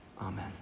Amen